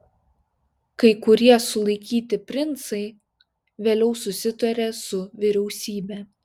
kai kurie sulaikyti princai vėliau susitarė su vyriausybe